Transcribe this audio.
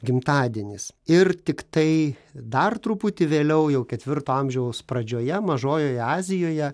gimtadienis ir tiktai dar truputį vėliau jau ketvirto amžiaus pradžioje mažojoje azijoje